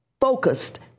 focused